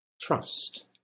trust